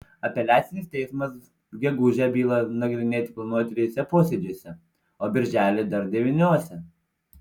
apeliacinis teismas gegužę bylą nagrinėti planuoja trijuose posėdžiuose o birželį dar devyniuose